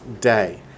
day